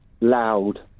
Loud